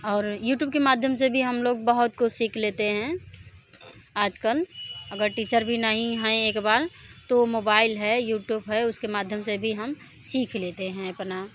और यूट्यूब के माध्यम से भी हम लोग बहुत कुछ सीख लेतें हैं आजकल अगर टीचर भी नहीं हैं एक बार तो मोबाइल है है उसके माध्यम से भी हम सीख लेते हैं अपना